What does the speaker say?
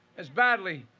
as badly,